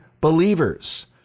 believers